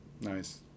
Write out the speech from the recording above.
Nice